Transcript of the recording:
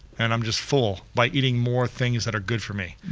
and i'm just full by eating more things that are good for me.